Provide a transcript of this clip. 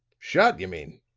shot, you mean.